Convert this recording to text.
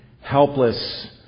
helpless